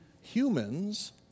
humans